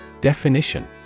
Definition